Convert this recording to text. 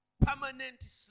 Permanent